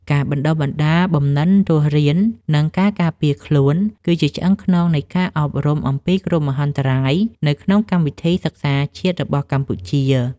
ការបណ្ដុះបណ្ដាលបំណិនរស់រាន និងការការពារខ្លួន គឺជាឆ្អឹងខ្នងនៃការអប់រំអំពីគ្រោះមហន្តរាយនៅក្នុងកម្មវិធីសិក្សាជាតិរបស់កម្ពុជា។